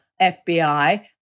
FBI